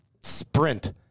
sprint